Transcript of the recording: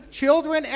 children